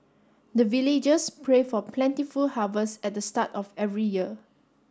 the villagers pray for plentiful harvest at the start of every year